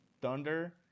thunder